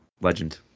Legend